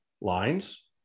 lines